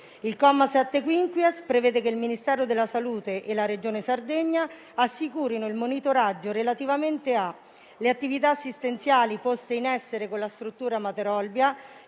Il comma 7-*quinquies* prevede che il Ministero della salute e la Regione Sardegna assicurino il monitoraggio relativamente alle attività assistenziali poste in essere con la struttura Mater Olbia,